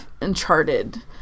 Uncharted